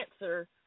answer